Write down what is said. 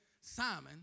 Simon